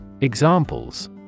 Examples